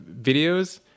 videos